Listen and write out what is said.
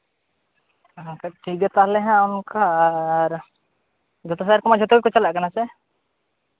ᱟᱪᱪᱷᱟ ᱴᱷᱤᱠ ᱜᱮᱭᱟ ᱛᱟᱦᱚᱞᱮ ᱦᱟᱸᱜ ᱚᱱᱠᱟ ᱟᱨ ᱥᱮᱨ ᱠᱚᱢᱟ ᱡᱚᱛᱚ ᱠᱚ ᱪᱟᱞᱟᱜ ᱠᱟᱱᱟ ᱥᱮ